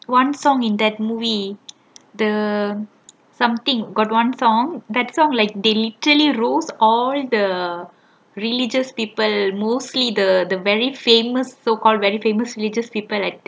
one song in that movie the something got one song that song like they literally rules all the religious people mostly the the very famous so called very famous religious people like